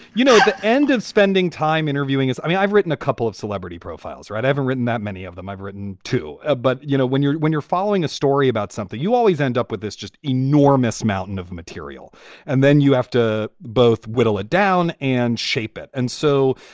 you know, at the end of spending time interviewing us, i mean, i've written a couple of celebrity profiles or i've ever written that many of them i've written to. ah but, you know, when you're when you're following a story about something, you always end up with this just enormous mountain of material and then you have to both whittle it down and shape it. and so,